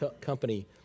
company